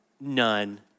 none